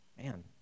Man